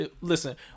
Listen